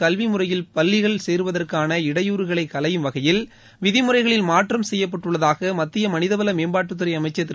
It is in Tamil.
கல்வி முறையில் பள்ளிகள் சேருவதற்கான இடையூறுகளை களையும் வகையில் விதிமுறைகளில் மாற்றம் செய்யப்பட்டுள்ளதாக மத்திய மனிதவள மேம்பாட்டுத்துறை அமைச்சர் திரு